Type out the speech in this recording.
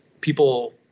People